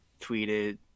tweeted